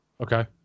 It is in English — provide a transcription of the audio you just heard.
okay